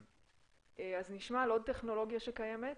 נשמע על עוד טכנולוגיה שקיימת.